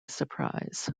surprise